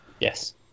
Yes